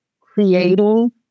creating